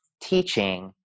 teaching